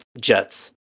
Jets